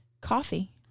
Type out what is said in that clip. coffee